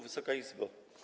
Wysoka Izbo!